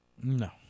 No